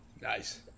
nice